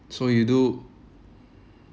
so you do